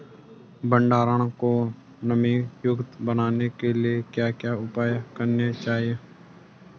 भंडारण को नमी युक्त बनाने के लिए क्या क्या उपाय करने चाहिए?